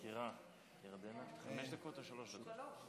המזכירה ירדנה, חמש דקות או שלוש דקות?